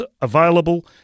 available